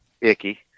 Icky